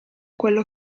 quello